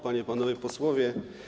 Panie i Panowie Posłowie!